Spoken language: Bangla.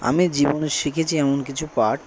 আমি জীবনে শিখেছি এমন কিছু পাঠ